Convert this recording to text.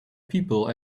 people